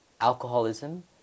alcoholism